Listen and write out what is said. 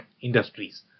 industries